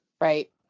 Right